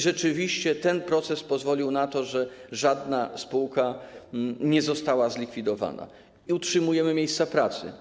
Rzeczywiście ten proces sprawił, że żadna spółka nie została zlikwidowana i utrzymujemy miejsca pracy.